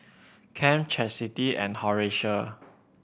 Kem Chastity and Horatio